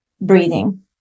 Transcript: breathing